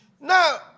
Now